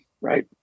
right